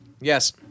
Yes